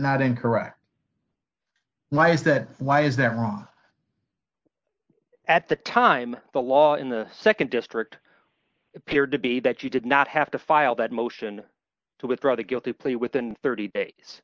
not incorrect why is that why is that wrong at the time the law in the nd district appeared to be that you did not have to file that motion to withdraw that guilty plea within thirty days